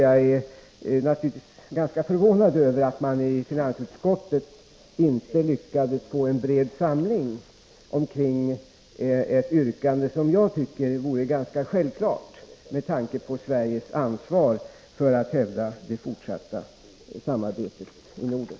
Jag är naturligtvis ganska förvånad över att man i finansutskottet inte lyckades få en bred samling kring ett yrkande, som jag tycker var ganska självklart med tanke på Sveriges ansvar när det gäller att hävda det fortsatta samarbetet i Norden.